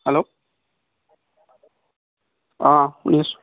hello অঁ শুনি আছো